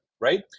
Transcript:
right